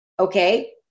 Okay